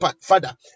father